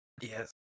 Yes